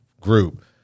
group